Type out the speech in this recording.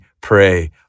pray